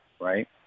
right